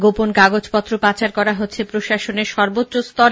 গোপন কাগজপত্র পাচার করা হচ্ছে প্রশাসনের সর্বোচ্চ স্তরে